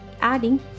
adding